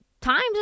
Times